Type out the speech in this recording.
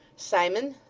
simon,